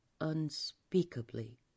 unspeakably